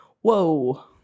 whoa